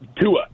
Tua